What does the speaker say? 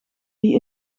die